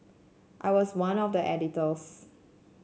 I was one of the editors